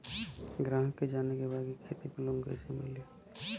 ग्राहक के जाने के बा की खेती पे लोन कैसे मीली?